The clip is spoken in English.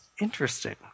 interesting